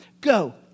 Go